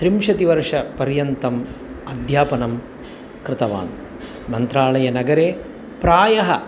त्रिंशतिवर्षपर्यन्तम् अध्यापनं कृतवान् मन्त्रालयनगरे प्रायः